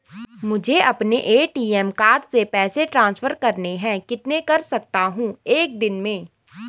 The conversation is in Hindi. मुझे अपने ए.टी.एम कार्ड से पैसे ट्रांसफर करने हैं कितने कर सकता हूँ एक दिन में?